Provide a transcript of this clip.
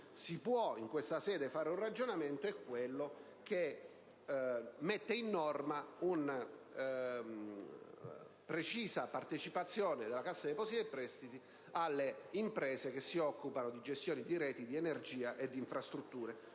su cui in questa sede si può ragionare, è quello che metterebbe in norma una precisa partecipazione della Cassa depositi e prestiti alle imprese che si occupano di gestione di reti di energia e di infrastrutture,